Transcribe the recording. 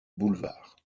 boulevard